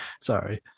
Sorry